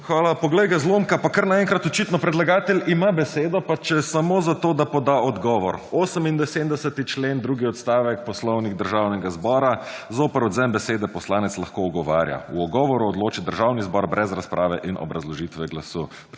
Hvala. Poglej ga zlomka, pa kar naenkrat očitno predlagatelj ima besedo, pa če samo zato, da poda odgovor. 78. člen, drugi odstavek, Poslovnik Državnega zbora, zoper odvzem besede poslanec lahko ugovarja. O ugovoru odloči Državni zbor brez razprave in obrazložitve glasu.